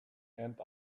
and